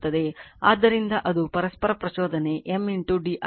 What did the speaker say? ಆದ್ದರಿಂದ ಅದು ಪರಸ್ಪರ ಪ್ರಚೋದನೆ M di2 dt